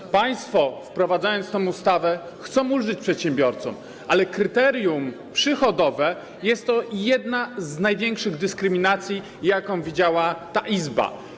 Ojeju... Państwo, wprowadzając tę ustawę, chcą ulżyć przedsiębiorcom, ale kryterium przychodowe to jedna z największych dyskryminacji, jakie widziała ta Izba.